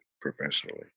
professionally